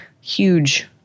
huge